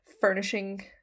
furnishing